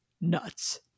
Nuts